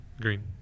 Green